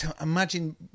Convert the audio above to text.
imagine